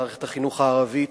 מערכת החינוך הערבית,